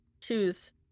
choose